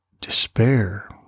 despair